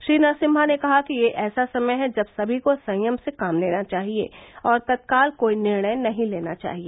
श्री नरसिम्हा ने कहा कि यह ऐसा समय है जब सभी को संयम से काम लेना चाहिए और तत्काल कोई निर्णय नहीं लेना चाहिए